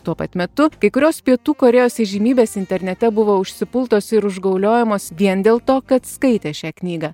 tuo pat metu kai kurios pietų korėjos įžymybės internete buvo užsipultos ir užgauliojamos vien dėl to kad skaitė šią knygą